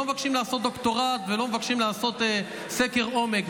לא מבקשים לעשות דוקטורט ולא מבקשים לעשות סקר עומק,